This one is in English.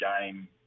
game